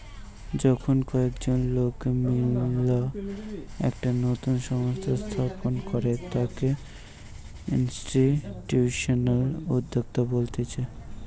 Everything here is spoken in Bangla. যখন কয়েকজন লোক মিললা একটা নতুন সংস্থা স্থাপন করে তাকে ইনস্টিটিউশনাল উদ্যোক্তা বলতিছে